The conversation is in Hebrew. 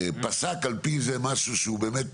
שפסק על פי זה משהו שהוא באמת